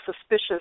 suspicious